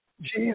Jesus